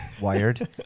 wired